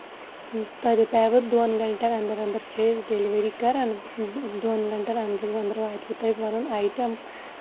تۄہہِ دَپیوٕ دۄن گَنٹن اَندر اَندر چھِ أسۍ ڈیلِؤری کَران دۄن گَنٹن اَندراَندر واتوٕ تۄہہِ آیٹم